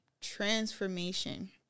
Transformation